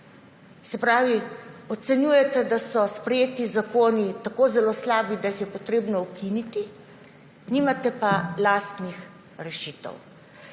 rešitev. Ocenjujete, da so sprejeti zakoni tako zelo slabi, da jih je treba ukiniti, nimate pa lastnih rešitev.